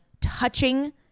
touching